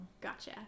gotcha